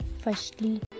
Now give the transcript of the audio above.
Firstly